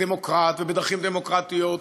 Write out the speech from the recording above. כדמוקרט, ובדרכים דמוקרטיות.